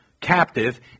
captive